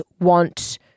want